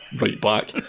right-back